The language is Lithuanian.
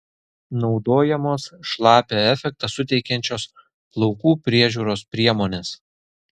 naudojamos šlapią efektą suteikiančios plaukų priežiūros priemonės